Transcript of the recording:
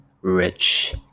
Rich